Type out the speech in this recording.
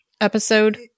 episode